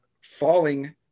falling